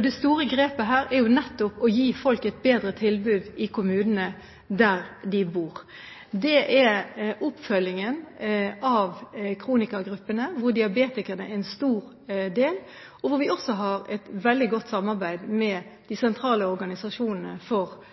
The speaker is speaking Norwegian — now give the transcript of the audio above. Det store grepet her er nettopp å gi folk et bedre tilbud i kommunene der de bor, og å følge opp kronikergruppene, hvor diabetikerne utgjør en stor andel. Vi har også et veldig godt samarbeid med de sentrale organisasjonene for